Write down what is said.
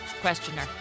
Questioner